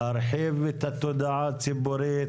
להרחיב את התודעה הציבורית,